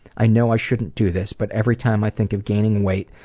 i know i shouldn't do this, but every time i think of gaining weight,